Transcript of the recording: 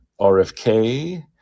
RFK